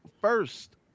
First